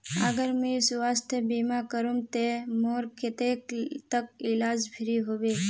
अगर मुई स्वास्थ्य बीमा करूम ते मोर कतेक तक इलाज फ्री होबे?